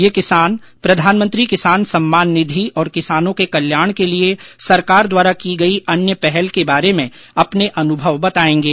ये किसान प्रधानमंत्री किसान सम्मान निधि और किसानों के कल्याण के लिए सरकार द्वारा की गई अन्य पहल के बारे में अपने अनुभव बताएंगे